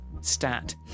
stat